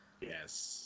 Yes